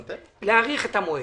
להאריך את המועד.